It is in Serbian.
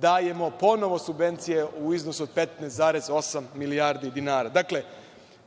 dajemo ponovo subvencije u iznosu od 15,8 milijardi dinara. Dakle,